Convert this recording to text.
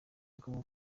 bwo